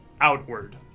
outward